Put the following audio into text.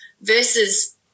versus